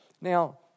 Now